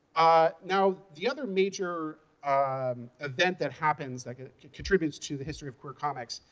ah now, the other major event that happens, that contributes to the history of queer comics,